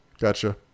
Gotcha